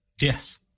Yes